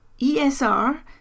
ESR